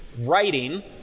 writing